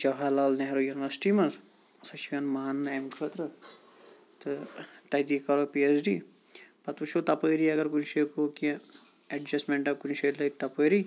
Jawahar Lal Nehru university منٛز سۄ چھِ یِوان ماننہِ إمہِ خٲطرٕ تہٕ تَتی کَرَو پی ایچ ڈی پَتہ وُچھو تَپٲری اَگر کُنہِ شٲے گوٚو کینٛہہ ایٚڈجَستٹٕمنٹا کُنہِ جایہِ لٔگۍ تَپٲری